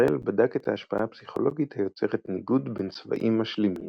שוורל בדק את ההשפעה הפסיכולוגית היוצרת ניגוד בין "צבעים משלימים"